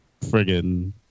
Friggin